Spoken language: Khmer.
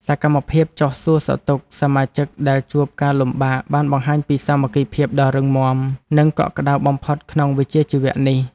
សកម្មភាពចុះសួរសុខទុក្ខសមាជិកដែលជួបការលំបាកបានបង្ហាញពីសាមគ្គីភាពដ៏រឹងមាំ និងកក់ក្ដៅបំផុតក្នុងវិជ្ជាជីវៈនេះ។